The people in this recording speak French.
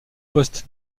poste